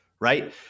right